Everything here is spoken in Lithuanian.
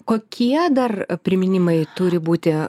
kokie dar priminimai turi būti